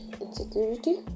insecurity